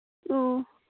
ꯑꯣ